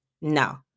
No